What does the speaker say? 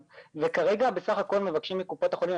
וכרגע בסך הכל מבקשים מקופות החולים,